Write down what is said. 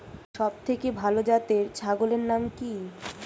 সবথেকে ভালো জাতের ছাগলের নাম কি?